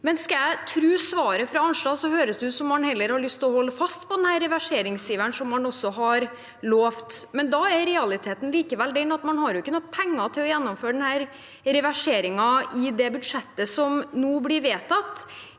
skal jeg tro svaret fra Arnstad, høres det ut som om man heller har lyst til å holde fast ved denne reverseringsiveren, som man også har lovt. Realiteten er likevel at man ikke har noe penger til å gjennomføre den reverseringen i det budsjettet som nå blir vedtatt.